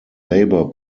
labour